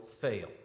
fail